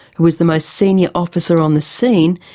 who was the most senior officer on the scene,